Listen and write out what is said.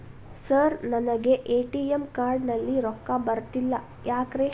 Sir ನನಗೆ ATM card ನಲ್ಲಿ ರೊಕ್ಕ ಬರತಿಲ್ಲ ಯಾಕ್ರೇ?